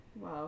Wow